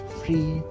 free